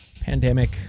Pandemic